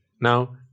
now